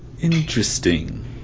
Interesting